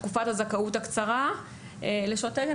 תקופת הזכאות הקצרה לשעות תקן.